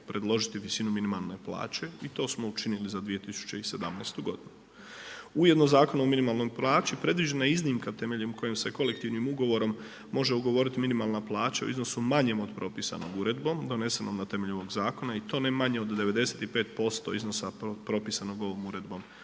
predložiti visinu minimalne plaće i to smo učinili za 2017. godinu. Ujedno Zakonom o minimalnoj plaći predviđena je iznimka temeljem koje se kolektivnim ugovorom može ugovoriti minimalna plaća u iznosu manjem od propisanog uredbom donesenom na temelju ovog zakona i to ne manje od 95% iznosa propisanog ovom uredbom,